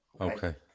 Okay